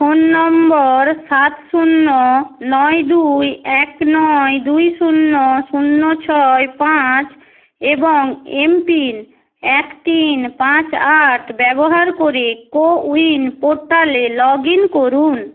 phone number সাত শূন্য নয় দুই এক নয় দুই শূন্য শূন্য ছয় পাঁচ এবং এমপিন এক তিন পাঁচ আট ব্যবহার করে কোউইন পোট্টালে লগ ইন করুন